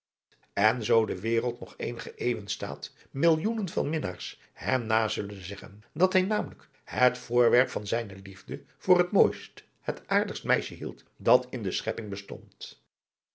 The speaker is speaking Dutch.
en zoo de wereld nog eenige eeuwen staat millioenen van minnaars hem na zullen zeggen dat hij namelijk het voorwerp van zijne liefde voor het mooist het aardigst meisje hield dat in de schepping bestond